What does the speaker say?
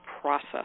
process